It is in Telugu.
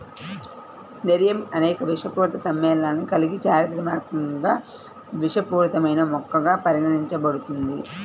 నెరియమ్ అనేక విషపూరిత సమ్మేళనాలను కలిగి చారిత్రాత్మకంగా విషపూరితమైన మొక్కగా పరిగణించబడుతుంది